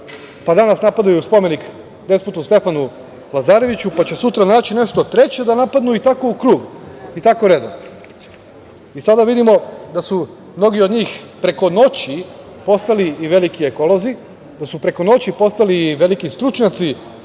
pa danas napadaju spomenik Despotu Stefanu Lazareviću, pa će sutra naći nešto treće da napadnu i tako u krug i tako redom. Sada vidimo da su mnogi od njih preko noći postali i veliki ekolozi, da su preko noći postali veliki stručnjaci